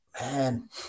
man